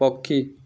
ପକ୍ଷୀ